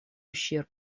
ущерб